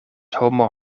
homo